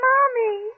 Mommy